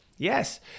Yes